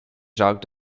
jacques